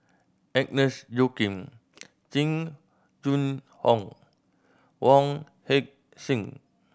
Agnes Joaquim Jing Jun Hong Wong Heck Sing